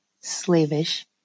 slavish